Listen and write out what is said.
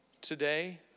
today